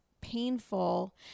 painful